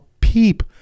peep